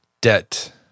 debt